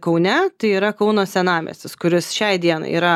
kaune tai yra kauno senamiestis kuris šiai dienai yra